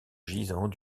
gisant